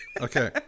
okay